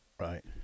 Right